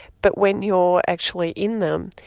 but when you're actually in them